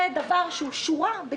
זה דבר שהוא שורה בחוק.